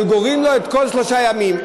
אבל גורעים ממנו את כל שלושת הימים.